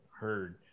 heard